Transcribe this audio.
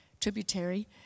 tributary